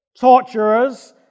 torturers